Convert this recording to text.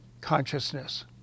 consciousness